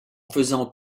faisant